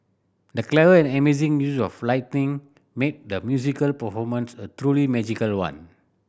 the clever and amazing use of lighting made the musical performance a truly magical one